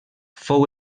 fou